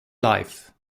life